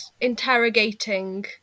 interrogating